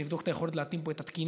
ולבדוק את היכולת להתאים פה את התקינה.